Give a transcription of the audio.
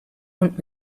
und